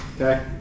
Okay